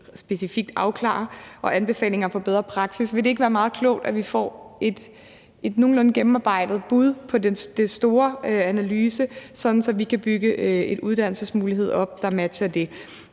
specifikt skal afklare, og anbefalingerne til en bedre praksis? Vil det ikke være meget klogt, at vi får et nogenlunde gennemarbejdet bud og den store analyse, så vi kan bygge en uddannelsesmulighed op, der matcher det?